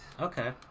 Okay